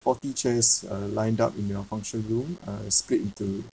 forty chairs uh lined up in your functional room uh split into